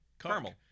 Caramel